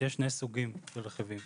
עובר אליהם 100 שקלים,